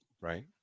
right